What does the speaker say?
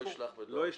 שלא ישלח בדואר רשום.